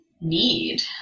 need